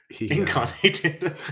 Incarnated